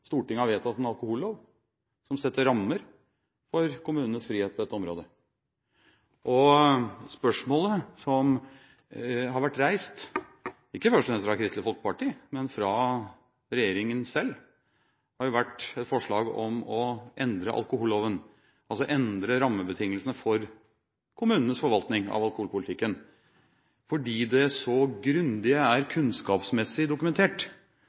Stortinget har vedtatt en alkohollov som setter rammer for kommunenes frihet på dette området. Det har vært reist, ikke først og fremst fra Kristelig Folkeparti, men fra regjeringen selv, et forslag om å endre alkoholloven, altså endre rammebetingelsene for kommunenes forvaltning av alkoholpolitikken, fordi det så grundig kunnskapsmessig er dokumentert